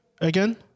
again